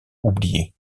oublié